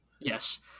Yes